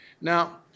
Now